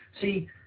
See